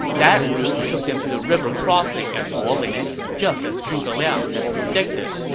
that route took them to the river crossing at boling, just as zhuge liang had predicted.